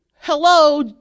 hello